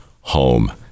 home